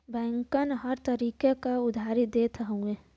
बैंकन हर तरीके क उधारी देत हउए